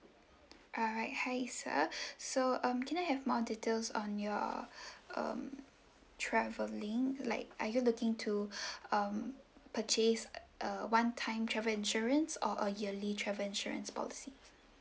alright hi sir so um can I have more details on your um travelling like are you looking to um purchase uh a one time travel insurance or a yearly travel insurance policy